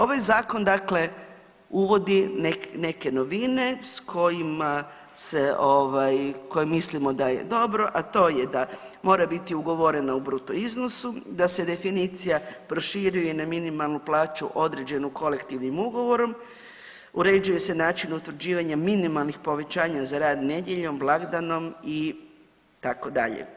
Ovaj zakon dakle uvodi neke novine s kojima se ovaj, koje mislimo da je dobro, a to je da mora biti ugovorena u bruto iznosu, da se definicija proširuje na minimalnu plaću određenu kolektivnim ugovorom, uređuje se način utvrđivanja minimalnih povećanja za rad nedjeljom, blagdanom itd.